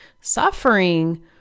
Suffering